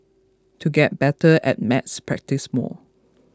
to get better at maths practise more